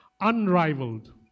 Unrivaled